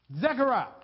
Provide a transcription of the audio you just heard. Zechariah